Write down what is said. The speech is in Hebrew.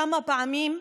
כמה פעמים,